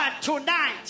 tonight